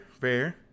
fair